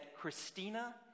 Christina